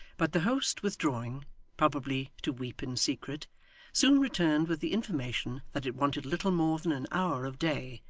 but the host withdrawing probably to weep in secret soon returned with the information that it wanted little more than an hour of day,